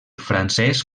francès